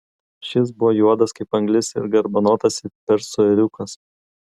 šis buvo juodas kaip anglis ir garbanotas it persų ėriukas